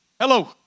Hello